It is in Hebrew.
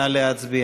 נא להצביע.